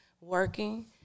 working